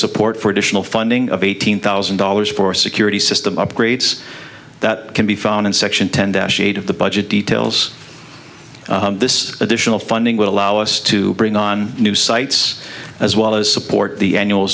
support for additional funding of eighteen thousand dollars for security system upgrades that can be found in section tend the budget details this additional funding will allow us to bring on new sites as well as support the annual